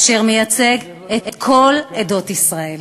אשר מייצג את כל עדות ישראל.